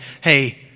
hey